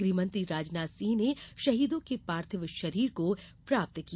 गृहमंत्री राजनाथ सिंह ने शहीदों के पार्थिव शरीर को प्राप्त किया